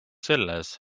selles